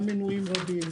גם מנויים רבים,